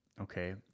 okay